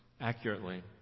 accurately